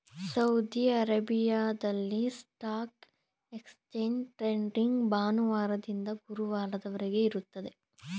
Saudi ಅರೇಬಿಯಾದಲ್ಲಿ stock exchange trading ಭಾನುವಾರದಿಂದ ಗುರುವಾರದವರೆಗೆ ಇರುತ್ತದೆ